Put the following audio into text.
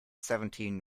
seventeen